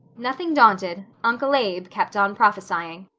nothing daunted, uncle abe kept on prophesying.